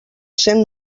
cent